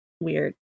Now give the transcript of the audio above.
weird